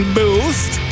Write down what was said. boost